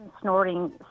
snorting